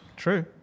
True